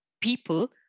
people